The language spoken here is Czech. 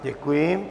Děkuji.